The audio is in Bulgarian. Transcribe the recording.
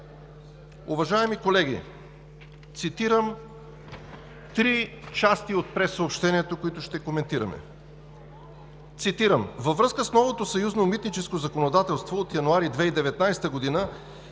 Уважаеми колеги, цитирам три части от прессъобщението, които ще коментираме: във връзка с новото съюзно митническо законодателство от януари 2019 г.